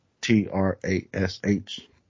t-r-a-s-h